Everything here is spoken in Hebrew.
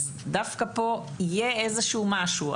אז דווקא פה יהיה איזשהו משהו.